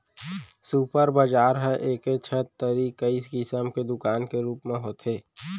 super बजार ह एके छत तरी कई किसम के दुकान के रूप म होथे